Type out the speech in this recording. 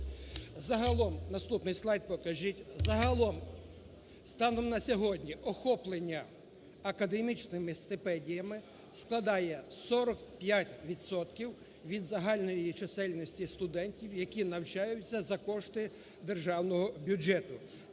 Загалом станом на сьогодні охоплення академічними стипендіями складає 45 відсотків від загальної чисельності студентів, які навчаються за кошти державного бюджету,